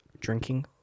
Drinking